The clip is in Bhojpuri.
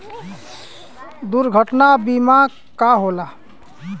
दुर्घटना बीमा का होला?